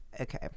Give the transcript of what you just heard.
okay